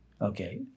Okay